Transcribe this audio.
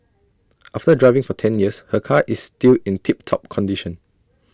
after driving for ten years her car is still in tip top condition